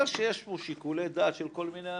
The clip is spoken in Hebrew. שיש פה שיקולי דעת של כל מיני אנשים.